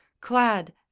clad